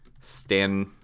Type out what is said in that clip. Stan